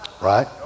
Right